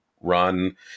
run